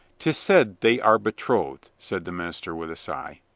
tis said they are betrothed, said the minister with a sigh.